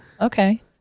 Okay